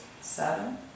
seven